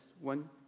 one